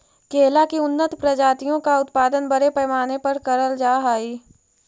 केला की उन्नत प्रजातियों का उत्पादन बड़े पैमाने पर करल जा हई